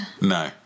No